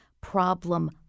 problem